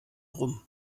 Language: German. rum